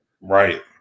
Right